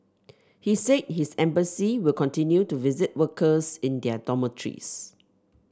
he said his embassy will continue to visit workers in their dormitories